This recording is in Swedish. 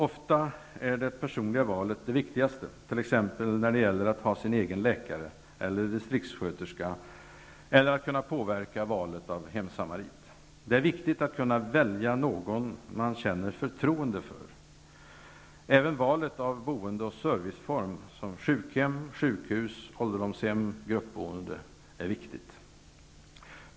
Ofta är det personliga valet det viktigaste, t.ex. när det gäller att välja sin egen läkare eller distriktssköterska eller att kunna påverka valet av hemsamarit. Det är viktigt att kunna välja någon man känner förtroende för. Även valet av boende och serviceform, som sjukhem, sjukhus, ålderdomshem och gruppboende, är viktigt.